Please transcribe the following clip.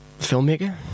filmmaker